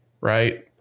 right